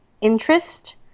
interest